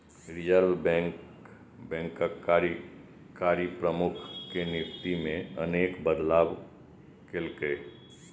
reserve bank बैंकक कार्यकारी प्रमुख के नियुक्ति मे अनेक बदलाव केलकै